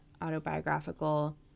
autobiographical